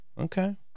Okay